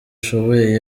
ashoboye